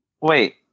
Wait